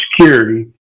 security